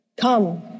Come